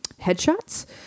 headshots